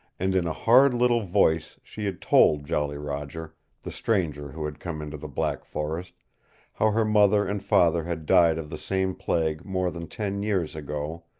and in a hard little voice she had told jolly roger the stranger who had come into the black forest how her mother and father had died of the same plague more than ten years ago,